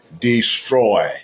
Destroy